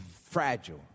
fragile